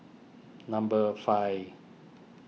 number five